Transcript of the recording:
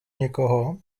někoho